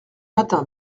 matin